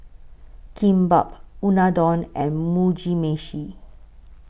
Kimbap Unadon and Mugi Meshi